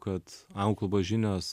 kad anglų kalbos žinios